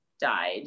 died